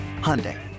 Hyundai